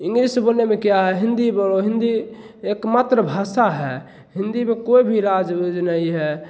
English बोलने में क्या है हिंदी बोलो हिंदी एक मातृभाषा है हिंदी में कोई भी नहीं है